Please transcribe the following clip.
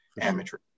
amateur